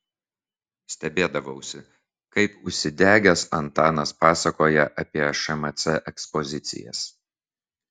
stebėdavausi kaip užsidegęs antanas pasakoja apie šmc ekspozicijas